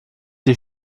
die